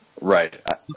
Right